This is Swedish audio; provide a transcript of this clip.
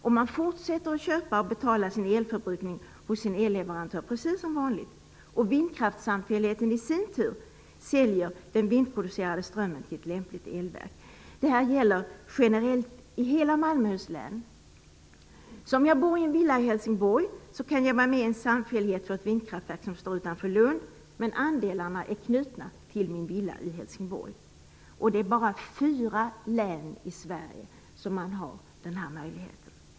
Och man fortsätter att köpa och betala sin elförbrukning hos sin elleverantör precis som vanligt. Vindkraftssamfälligheten i sin tur säljer den vindproducerade strömmen till ett lämpligt elverk. Det här gäller generellt i hela Malmöhus län. Om jag bor i en villa i Helsingborg kan jag vara med i en samfällighet för ett vindkraftverk som står utanför Lund, men andelarna är knutna till min villa i Helsingborg. Det är bara i fyra län i Sverige som man har den här möjligheten.